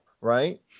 Right